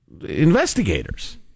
investigators